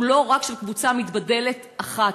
הוא לא רק של קבוצה מתבדלת אחת,